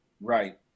Right